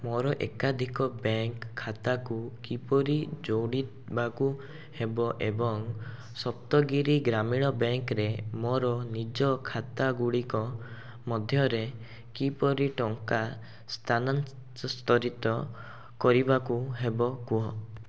ମୋତେ ଏକାଧିକ ବ୍ୟାଙ୍କ୍ ଖାତାକୁ କିପରି ଯୋଡ଼ିବାକୁ ହେବ ଏବଂ ସପ୍ତଗିରି ଗ୍ରାମୀଣ ବ୍ୟାଙ୍କ୍ରେ ମୋର ନିଜ ଖାତାଗୁଡ଼ିକ ମଧ୍ୟରେ କିପରି ଟଙ୍କା ସ୍ଥାନାସ୍ତରିତ କରିବାକୁ ହେବ କୁହ